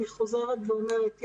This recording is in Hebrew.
אני חוזרת ואומרת,